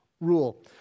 rule